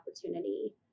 opportunity